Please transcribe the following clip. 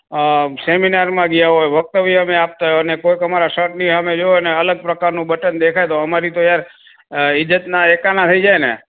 અઅ સેમિનારમાં ગયા હોય વક્તવ્ય અમે આપતાં હોય અને કોઇક અમારા શર્ટની સામે જુએ ને અલગ પ્રકારનું બટન દેખાય તો અમારી તો યાર ઇજ્જતના એક આના થઈ જાય ને